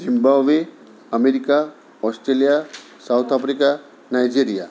Zimbabwe America Australia South Africa Nigeria